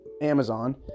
Amazon